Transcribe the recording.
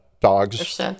dogs